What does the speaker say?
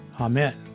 amen